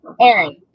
Aaron